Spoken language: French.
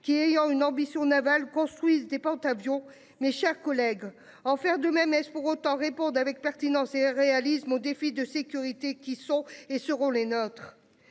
qui ayant une ambition navals construisent des porte-avions mes chers collègues, en faire de même. Est-ce pour autant répondent avec pertinence et réalisme au défi de sécurité qui sont et seront les nôtres.